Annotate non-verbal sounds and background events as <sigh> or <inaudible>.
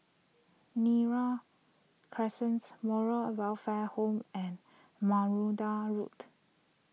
Neram Crescents Moral or Welfare Home and <unintelligible> Road